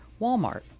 Walmart